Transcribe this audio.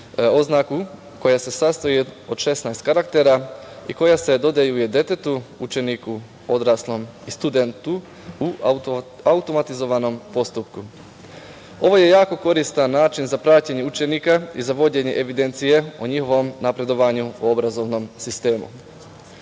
oznaku, koja se sastoji od 16 karaktera i koja se dodeljuje detetu, učeniku, odraslom i studentu, u automatizovanom postupku. Ovo je jako koristan način za praćenje učenika i za vođenje evidencije o njihovom napredovanju u obrazovnom sistemu. Jedan